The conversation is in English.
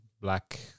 black